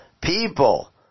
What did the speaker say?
people